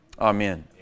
Amen